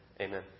Amen